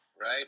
right